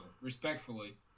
respectfully